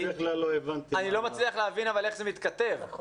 אני בכלל לא הבנתי מה הוא רצה.